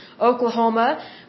Oklahoma